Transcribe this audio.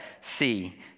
See